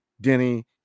Denny